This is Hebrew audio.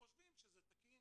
הם חושבים שזה תקין,